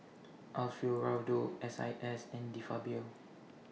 Alfio Raldo S I S and De Fabio